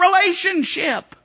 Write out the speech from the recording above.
relationship